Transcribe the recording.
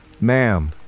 Ma'am